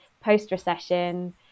post-recession